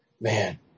man